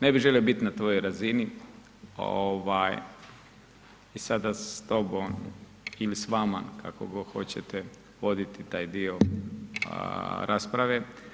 Ne bi želio bit na tvojoj razini i sada s tobom ili s vama, kako god hoćete, voditi taj dio rasprave.